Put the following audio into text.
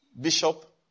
bishop